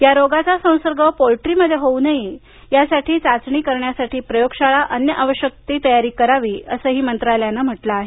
या रोगाचा संसर्ग पोल्ट्रीमध्ये होऊ नये यासाठी चाचणी करण्यासाठी प्रयोगशाळा आणि अन्य आवश्यक तयारी करावी असंही केंद्रीय मंत्रालयानं म्हटलं आहे